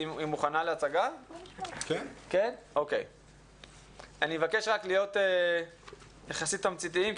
אני מבקש רק להיות יחסית תמציתיים,